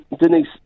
Denise